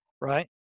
Right